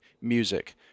music